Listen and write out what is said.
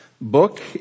book